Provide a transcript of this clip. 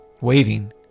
waiting